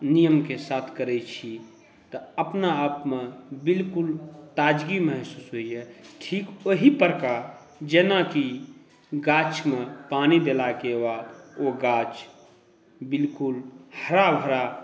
नियमके साथ करैत छी तऽ अपनाआपमऽ बिल्कुल ताजगी महसूस होइए ठीक ओहि प्रकार जेनाकि गाछमऽ पानि देलाके बाद ओ गाछ बिल्कुल हरा भरा